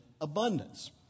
abundance